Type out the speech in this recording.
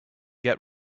get